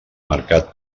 marcat